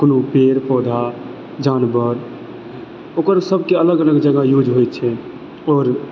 कोनो पेड़ पौधा जानवर ओकर सभकेँ अलग अलग जगह यूज होइ छै आओर